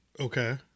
okay